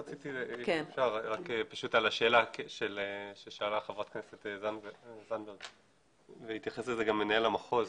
רציתי לענות לשאלה ששאלה חברת הכנסת זנדברג והתייחס לזה גם מנהל המחוז.